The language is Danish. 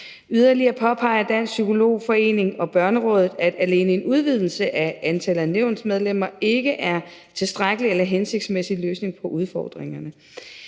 Yderligere påpeger Dansk Psykolog Forening og Børnerådet, at alene en udvidelse af antallet af nævnsmedlemmer ikke er en tilstrækkelig eller hensigtsmæssig løsning på udfordringerne.